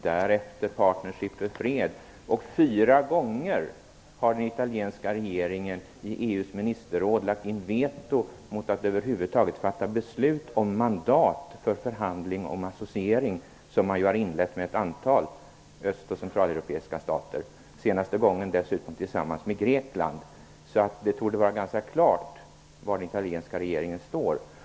Därefter gällde det Fyra gånger har den italienska regeringen i EU:s ministerråd lagt in veto mot att över huvud taget fatta beslut om mandat för förhandling om associering som man ju har inlett med ett antal öst och centraleuropeiska stater. Den senaste gången gjorde man det dessutom tillsammans med Grekland. Därför torde det vara ganska klart var den italienska regeringen står.